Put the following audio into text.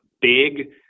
big